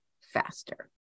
faster